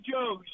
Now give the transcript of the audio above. Joe